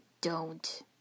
don't